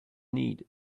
need